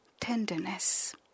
tenderness